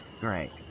Great